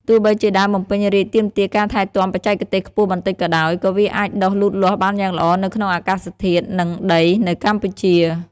ទោះបីជាដើមបំពេញរាជទាមទារការថែទាំបច្ចេកទេសខ្ពស់បន្តិចក៏ដោយ ក៏វាអាចដុះលូតលាស់បានយ៉ាងល្អនៅក្នុងអាកាសធាតុ និងដីនៅកម្ពុជា។